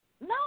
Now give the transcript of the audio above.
No